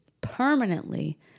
permanently